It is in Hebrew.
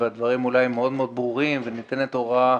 והדברים אולי מאוד-מאוד ברורים וניתנת הוראה